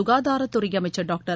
சுகாதாரத்துறை அமைச்சர் டாக்டர்